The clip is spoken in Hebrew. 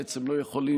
בעצם לא יכולים